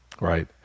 right